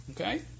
Okay